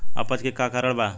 अपच के का कारण बा?